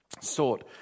sought